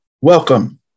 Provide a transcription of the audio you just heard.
welcome